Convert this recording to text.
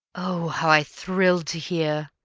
oh, how i thrilled to hear!